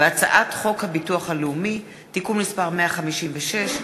הצעת חוק הביטוח הלאומי (תיקון מס' 156),